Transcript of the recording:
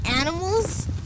animals